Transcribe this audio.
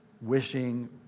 wishing